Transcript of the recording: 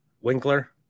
Winkler